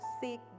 seek